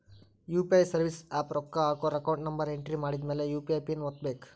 UPI service app ರೊಕ್ಕ ಹಾಕೋರ್ account number entry ಮಾಡಿದ್ಮ್ಯಾಲೆ ಯು.ಪಿ.ಐ ಪಿನ್ ಒತ್ತಬೇಕು